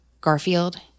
Garfield